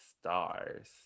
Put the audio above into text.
stars